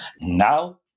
Now